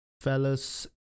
fellas